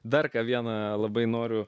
dar vieną labai noriu